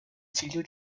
figlio